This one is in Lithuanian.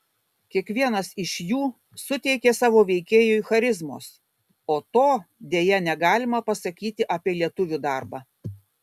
kiekvienas iš jų suteikė savo veikėjui charizmos o to deja negalima pasakyti apie lietuvių darbą